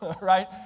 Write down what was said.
right